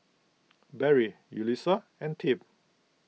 Barry Yulissa and Tim